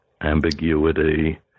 ambiguity